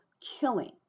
killing